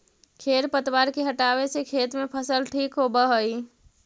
खेर पतवार के हटावे से खेत में फसल ठीक होबऽ हई